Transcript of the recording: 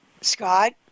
Scott